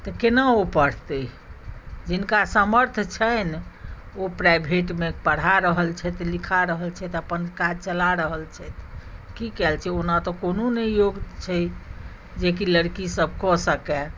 तऽ केना ओ पढ़तै जिनका सामर्थ छनि ओ प्राइभेटमे पढ़ा रहल छथि लिखा रहल छथि अपन काज चलाए रहल छथि अपन की कएल ओना तऽ कोनो नहि योग छै जेकी लड़की सब कऽ सकए